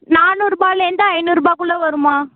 நானூறுபாலேருந்து ஐந்நூறுபாக்குள்ளே வரும்மா